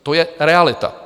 To je realita.